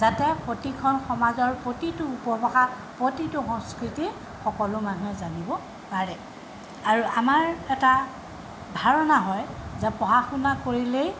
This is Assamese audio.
যাতে প্ৰতিখন সমাজৰ প্ৰতিটো উপভাষা প্ৰতিটো সংস্কৃতি সকলো মানুহে জানিব পাৰে আৰু আমাৰ এটা ধাৰণা হয় যে পঢ়া শুনা কৰিলেই